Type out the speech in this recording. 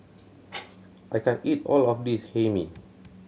I can't eat all of this Hae Mee